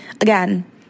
again